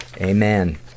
Amen